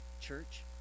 Church